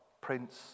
prince